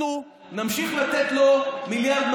אנחנו נמשיך לתת לו 1.2 מיליארד,